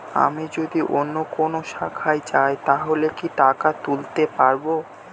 আমি যদি অন্য কোনো শাখায় যাই তাহলে কি টাকা তুলতে পারব?